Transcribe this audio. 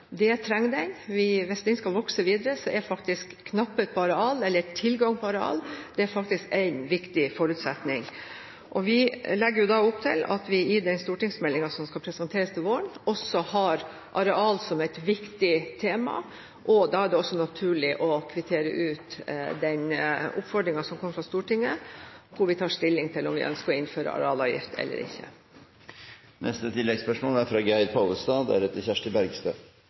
Det trenger de. Hvis den skal vokse videre, er tilgang på areal en viktig forutsetning. Vi legger opp til at vi i den stortingsmeldingen som skal presenteres til våren, også har areal som et viktig tema, og da er det også naturlig å kvittere ut den oppfordringen som kommer fra Stortinget, hvor vi tar stilling til om vi ønsker å innføre arealavgift eller ikke. Geir Pollestad – til oppfølgingsspørsmål. Fiskeri- og havbrukspolitikken handler om å avveie kryssende hensyn. Det gjelder også spørsmålet om lakselus og oppdrett. Da er